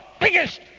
biggest